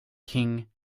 king